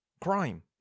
crime